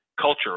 culture